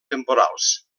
temporals